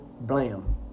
blam